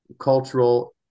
cultural